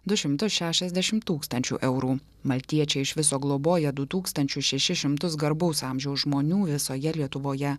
du šimtus šešiasdešim tūkstančių eurų maltiečiai iš viso globoja du tūkstančius šešis šimtus garbaus amžiaus žmonių visoje lietuvoje